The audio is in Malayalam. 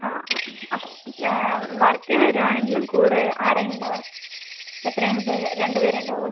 ആ ആ ആ അപ്പോൾ വർക്ക് വെരുവാണെങ്കിലും കൂടെ ആരേലും ഉണ്ടാവുമോ എത്രയാണ് പേര് രണ്ട് പേര് ഉണ്ടാവുമോ